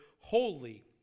holy